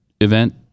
event